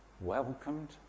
welcomed